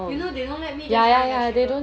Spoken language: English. you know they don't let me just buy vegetables